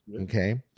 okay